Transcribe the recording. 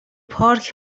پارک